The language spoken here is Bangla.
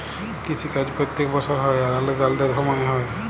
কিসি কাজ প্যত্তেক বসর হ্যয় আর আলেদা আলেদা সময়ে হ্যয়